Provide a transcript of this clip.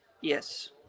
Yes